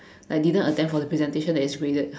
like didn't attend for the presentation that is graded